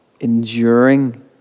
enduring